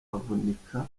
avunika